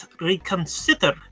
reconsider